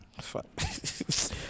Fuck